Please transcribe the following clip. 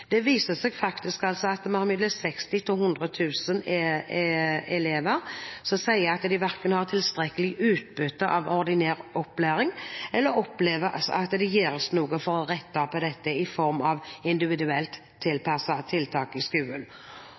Det viser seg faktisk at vi har mellom 60–100 000 elever som sier at de verken har tilstrekkelig utbytte av ordinær opplæring eller opplever at det gjøres noe for å rette opp i dette i form av individuelt tilpassede tiltak i